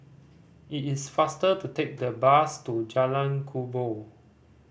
it is faster to take the bus to Jalan Kubor